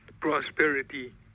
prosperity